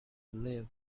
live